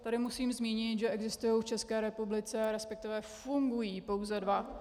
Tady musím zmínit, že existují v České republice, respektive fungují pouze dva.